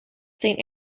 saint